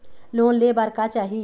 Loan ले बार का चाही?